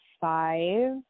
five